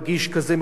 מגיש כזה,